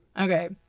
Okay